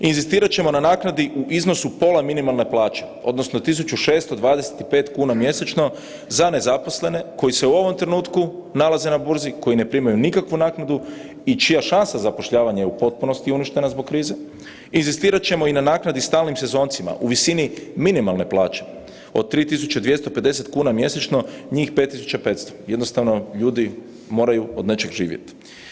Inzistirat ćemo na naknadi u iznosu pola minimalne plaće odnosno 1.625 kuna mjesečno za nezaposlene koji se u ovom trenutku nalaze na burzi, koji ne primaju nikakvu naknadu i čija šansa zapošljavanja je u potpunosti uništena zbog krize, inzistirat ćemo i na naknadi stalnim sezoncima u visini minimalne plaće od 3.250 kuna mjesečno njih 5.500, jednostavno ljudi moraju od nečega živjet.